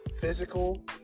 physical